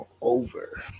over